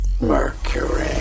Mercury